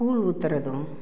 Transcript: கூழ் ஊத்துறதும்